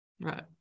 right